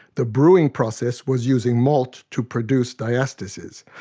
the brewing process was using malt to produce diastases.